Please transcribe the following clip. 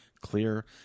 clear